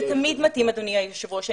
זה תמיד מתאים אדוני היושב ראש.